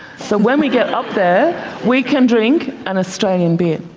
so when we get up there we can drink an australian beer.